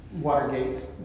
Watergate